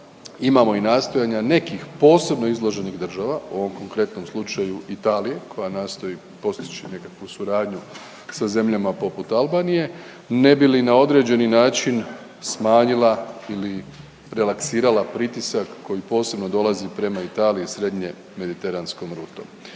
imamo i nastojanja nekih posebno izloženih država, u ovom konkretnom slučaju Italije koja nastoji postići nekakvu suradnju sa zemljama poput Albanije, ne bi li na određeni način smanjila ili relaksirala pritisak koji posebno dolazi prema Italiji srednjemediteranskom rutom.